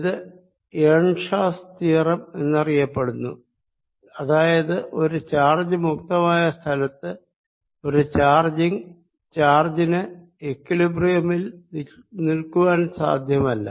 ഇത് Earnshaw's theorem എന്നറിയപ്പെടുന്നു അതായത് ഒരു ചാർജ് മുക്തമായ സ്ഥലത്ത് ഒരു ചാർജിന് ഇക്വിലിബ്രിയമിൽ നിൽക്കുവാൻ സാധ്യമല്ല